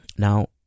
Now